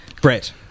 Brett